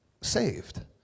saved